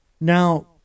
Now